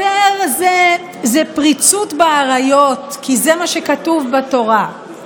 זה פריצות בעריות, כי זה מה שכתוב בתורה.